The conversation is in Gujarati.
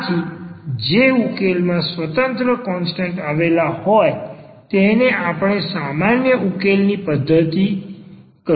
આથી જે ઉકેલમાં n સ્વતંત્ર કોન્સ્ટન્ટ આવેલ હોય તેને આપણે સામાન્ય ઉકેલની ટર્મ્ધતિ કહે છે